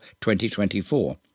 2024